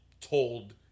told